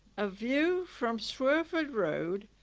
a view from swerford road.